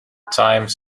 time